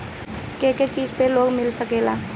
के के चीज पर लोन मिल सकेला?